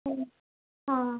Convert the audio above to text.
हां हां